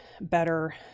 better